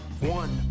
One